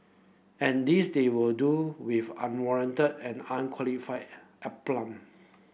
and this they will do with unwarranted and unqualified aplomb